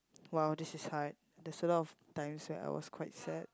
!wow! this is hard there's a lot of times where I was quite sad